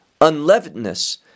unleavenedness